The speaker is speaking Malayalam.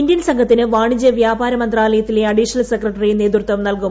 ഇന്ത്യൻ സംഘത്തിന് വാണിജ്യ വ്യാപാര മന്ത്രാലയത്തിലെ അഡീഷണൽ സെക്രട്ടറി നേതൃത്വം നൽകും